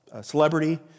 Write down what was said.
celebrity